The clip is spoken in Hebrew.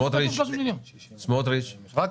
יש פה בן אדם שמדבר, שלמה.